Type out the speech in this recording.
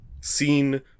seen